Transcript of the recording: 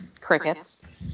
Crickets